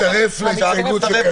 אני מצטרף לקארין.